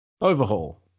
Overhaul